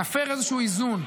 נפר איזשהו איזון,